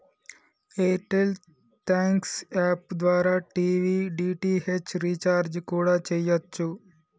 air tell thanks app ద్వారా TV DTH recharge కూడా చెయ్యచ్చు